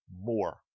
more